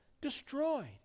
destroyed